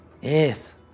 Yes